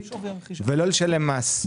ולא לשלם מס.